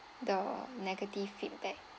the negative feedback